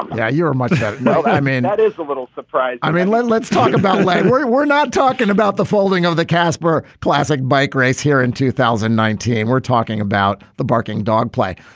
um yeah. you're much dad. no, i mean, that is a little surprise i mean, let's let's talk about like we're we're not talking about the folding of the casper classic bike race here in two thousand and nineteen. we're talking about the barking dog play.